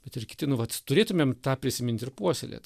bet ir kiti nu vat turėtumėm tą prisimint ir puoselėt